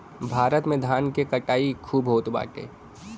भारत में धान के कटाई खूब होत बाटे